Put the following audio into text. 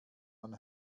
man